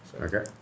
Okay